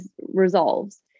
resolves